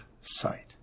sight